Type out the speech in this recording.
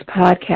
podcast